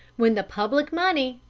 when the public money,